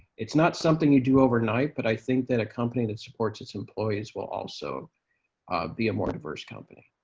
it's not something you do overnight, but i think that a company that supports its employees will also be a more diverse company.